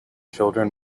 children